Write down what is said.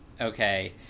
Okay